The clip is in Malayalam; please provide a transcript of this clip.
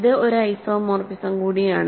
ഇത് ഒരു ഐസോമോർഫിസം കൂടിയാണ്